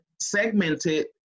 segmented